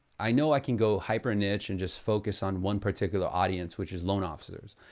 i know i can go hyper niche and just focus on one particular audience which is loan officers,